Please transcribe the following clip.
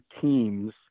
teams